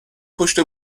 پشت